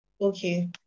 Okay